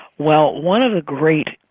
well one of the great,